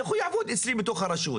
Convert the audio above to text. איך הוא יעבוד אצלי בתוך הרשות?